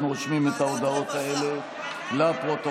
אנחנו רושמים את ההודעות האלה לפרוטוקול.